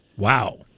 Wow